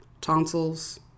tonsils